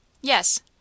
yes